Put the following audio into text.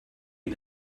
you